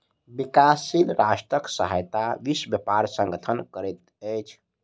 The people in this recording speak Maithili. विकासशील राष्ट्रक सहायता विश्व व्यापार संगठन करैत अछि